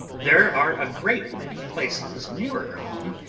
there are a great many places nearer home,